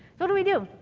so do we do?